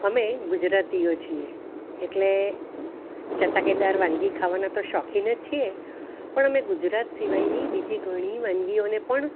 અમે ગુજરાતીઓ છીએ એટલે ચટાકેદાર વાનગી ખાવાના તો શોખીન જ છીએ પણ અમે ગુજરાત સિવાયની બીજી ઘણી વાનગીઓને પણ